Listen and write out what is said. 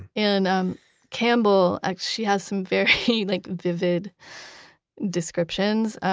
and um campbell, she has some very like vivid descriptions,